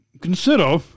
consider